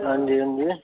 हां जी हां जी